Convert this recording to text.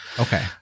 Okay